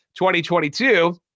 2022